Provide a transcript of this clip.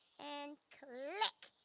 and click.